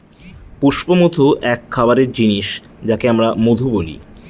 পুষ্পমধু এক খাবারের জিনিস যাকে আমরা মধু বলি